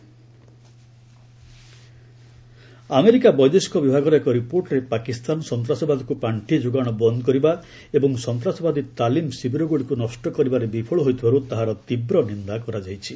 US Pak America ବୈଦେଶିକ ବିଭାଗର ଏକ ରିପୋର୍ଟରେ ପାକିସ୍ତାନ ସନ୍ତାସବାଦକୁ ପାଣ୍ଡି ଯୋଗାଣ ବନ୍ଦ୍ କରିବା ଏବଂ ସନ୍ତାସବାଦୀ ତାଲିମ୍ ଶିବିରଗୁଡ଼ିକୁ ନଷ୍ଟ କରିବାରେ ବିଫଳ ହୋଇଥିବାରୁ ତାହାର ତୀବ୍ର ନିନ୍ଦା କରାଯାଇଛି